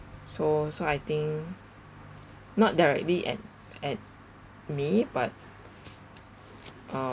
so so I think not directly at at me but uh